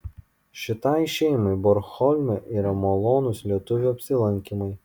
šitai šeimai bornholme yra malonūs lietuvių apsilankymai